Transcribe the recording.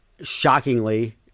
shockingly –